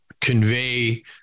convey